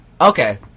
Okay